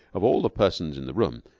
of all the persons in the room,